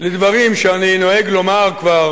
לדברים שאני נוהג לומר כבר